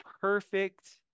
perfect